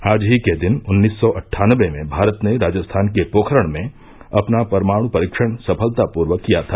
आज ही के दिन उन्नीस सौ अट्ठानबे में भारत ने राजस्थान के पोखरण में अपना परमाण् परीक्षण सफलतापूर्वक किया था